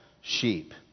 sheep